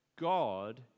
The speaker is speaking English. God